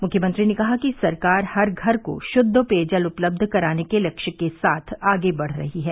मृख्यमंत्री ने कहा कि सरकार हर घर को शुद्द पेयजल उपलब्ध कराने के लक्ष्य के साथ आगे बढ़ रही है